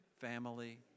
family